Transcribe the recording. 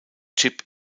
chip